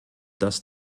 dass